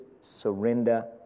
surrender